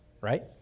right